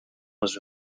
was